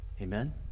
Amen